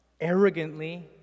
arrogantly